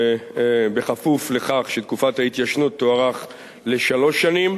כפוף לכך שתקופת ההתיישנות תוארך לשלוש שנים,